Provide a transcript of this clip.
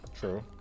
True